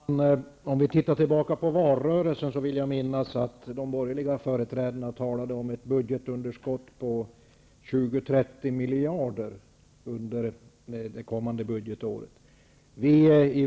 Herr talman! När jag tänker tillbaka på valrörelsen, vill jag minnas att de borgerliga partiernas företrädare talade om ett budgetunderskott på 20-- 30 miljarder under det kommande budgetåret.